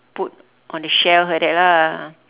put on the shelf like that lah